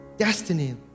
destiny